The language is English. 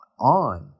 On